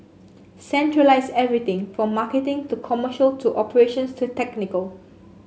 centralise everything from marketing to commercial to operations to technical